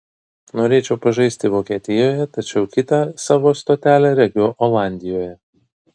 norėčiau pažaisti vokietijoje tačiau kitą savo stotelę regiu olandijoje